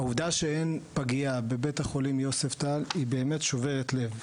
העובדה שאין פגייה בבית החולים יוספטל היא באמת שוברת לב.